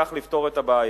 ובכך לפתור את הבעיה.